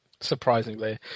Surprisingly